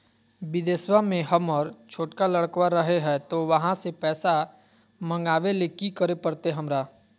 बिदेशवा में हमर छोटका लडकवा रहे हय तो वहाँ से पैसा मगाबे ले कि करे परते हमरा?